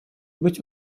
быть